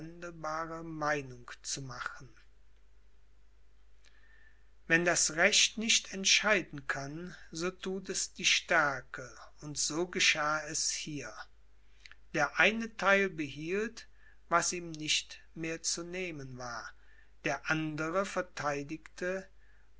meinung zu machen wenn das recht nicht entscheiden kann so thut es die stärke und so geschah es hier der eine theil behielt was ihm nicht mehr zu nehmen war der andere verteidigte